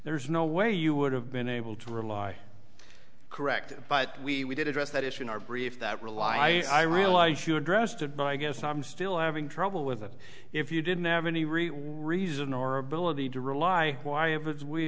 there's no way you would have been able to rely correct but we we did address that issue in our brief that rely i realize you addressed it but i guess i'm still having trouble with it if you didn't have any real reason or ability to rely why